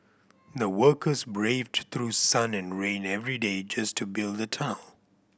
the workers braved through sun and rain every day just to build the tunnel